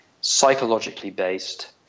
psychologically-based